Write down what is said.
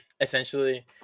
essentially